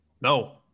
No